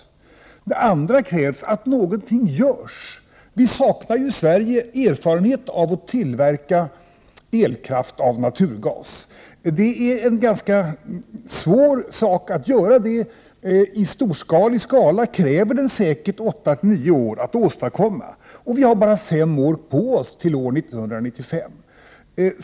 För det andra krävs att något görs. I Sverige saknar vi erfarenhet av att tillverka elkraft av naturgas. Det är en ganska svår sak att göra. I stor skala krävs det säkert åtta nio år för att åstadkomma detta. Vi har bara fem år på oss till år 1995.